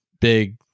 big